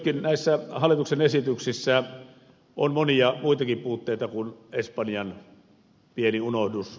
näissä hallituksen esityksissä on monia muitakin puutteita kuin pieni espanjan unohdus